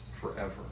forever